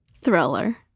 Thriller